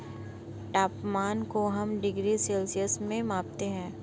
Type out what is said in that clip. तापमान को हम डिग्री सेल्सियस में मापते है